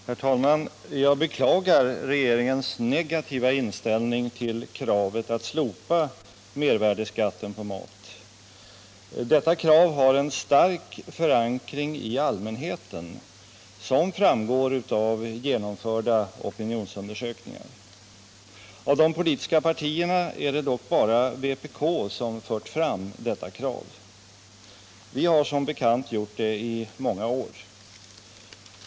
Herr talman! Jag beklagar regeringens negativa inställning till kravet att slopa mervärdeskatten på mat. Detta krav har en stark förankring hos allmänheten, som framgår av genomförda opinionsundersökningar. Av de politiska partierna är det dock endast vpk som fört fram detta krav. Vi har som bekant gjort det i många år.